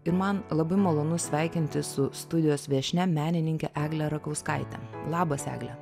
ir man labai malonu sveikintis su studijos viešnia menininke egle rakauskaite labas egle